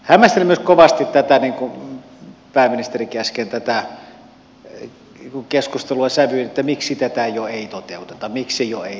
hämmästelen myös kovasti niin kuin pääministerikin äsken tätä keskustelua sävyyn että miksi tätä ei jo toteuteta miksi ei jo tehdä